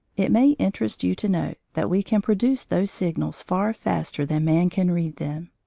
it may interest you to note that we can produce those signals far faster than man can read them.